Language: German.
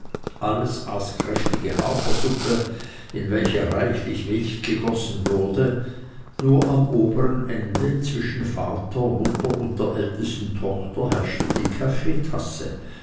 alles aß kräftige hafersuppe in welche reichlich milch gegossen wurde nur am obern ende zwischen vater mutter und der ältesten tochter herrschte die kaffeetasse